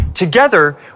Together